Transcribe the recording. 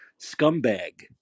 scumbag